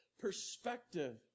perspective